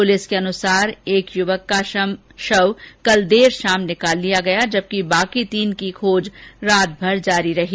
police के अनुसार एक युवक का शव कल देर शाम निकाल लिया गया जबकि बाकी तीन की खोज रातभर जारी रही